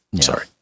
Sorry